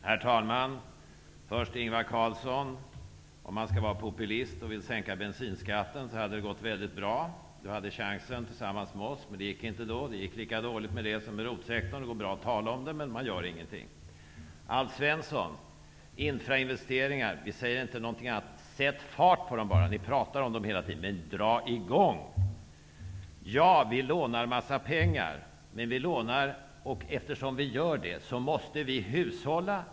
Herr talman! Låt mig först säga till Ingvar Carlsson att om man ville vara populist och sänka bensinskatten hade det gått mycket bra. Ni hade chansen tillsammans med oss, men det gick inte då. Det gick lika dåligt med det som med ROT-sektorn. Det går bra att tala om det, men man gör ingenting. Alf Svensson talade om infrastrukturinvesteringar. Vi säger inte något annat. Sätt fart på dem bara! Ni pratar om dem hela tiden, men dra i gång dem nu. Vi lånar en massa pengar, och eftersom vi gör det måste vi hushålla.